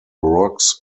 rocks